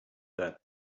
that